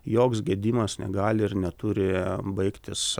joks gedimas negali ir neturi baigtis